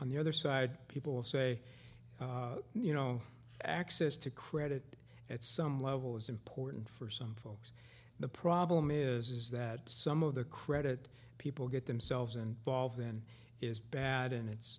on the other side people say you know access to credit at some level is important for some folks the problem is is that some of the credit people get themselves and volved then is bad and it's